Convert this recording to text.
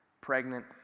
pregnant